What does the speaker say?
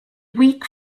weak